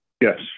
Yes